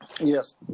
Yes